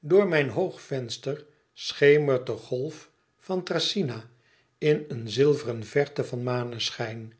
door mijn hoog venster schemert de golf van thracyna in een zilveren verte van maneschijn